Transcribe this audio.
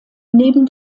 neben